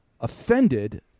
offended